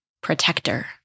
protector